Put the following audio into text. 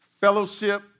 Fellowship